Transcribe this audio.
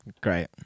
Great